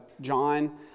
John